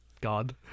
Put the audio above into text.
God